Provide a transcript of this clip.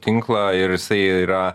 tinklą ir jisai yra